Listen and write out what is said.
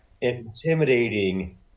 intimidating